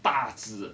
大支的